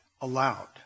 allowed